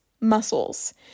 muscles